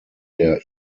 der